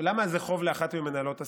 למה זה חוב לאחת ממנהלות הסיעות?